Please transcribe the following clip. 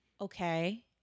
Okay